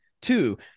Two